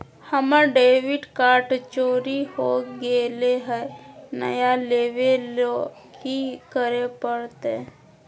हमर debit card चोरी हो गेले हई, नया लेवे ल की करे पड़तई?